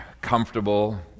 comfortable